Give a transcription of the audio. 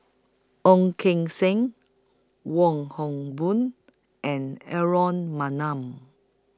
Ong Keng Sen Wong Hock Boon and Aaron Maniam